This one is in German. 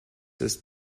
ist